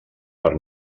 per